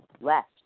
left